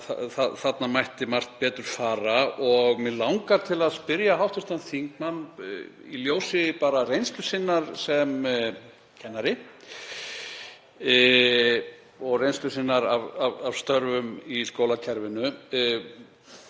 þarna mætti margt betur fara. Mig langar til að spyrja hv. þingmann, í ljósi reynslu sinnar sem kennari og reynslu af störfum í skólakerfinu,